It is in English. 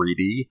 3D